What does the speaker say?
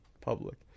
public